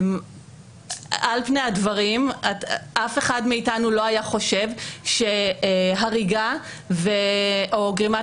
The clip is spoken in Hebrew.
על פני הדברים אף אחד מאיתנו לא היה חושב שהריגה או גרימת